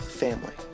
family